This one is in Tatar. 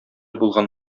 булган